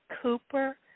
Cooper